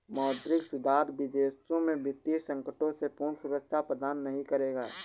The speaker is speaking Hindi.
मौद्रिक सुधार विदेशों में वित्तीय संकटों से पूर्ण सुरक्षा प्रदान नहीं करेगा